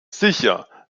sicher